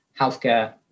healthcare